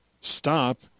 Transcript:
stop